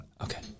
Okay